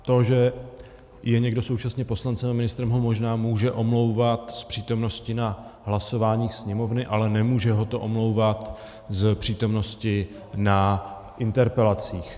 To, že je někdo současně poslancem a ministrem, ho možná může omlouvat z přítomnosti na hlasování Sněmovny, ale nemůže ho to omlouvat z přítomnosti na interpelacích.